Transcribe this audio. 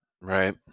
Right